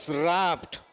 wrapped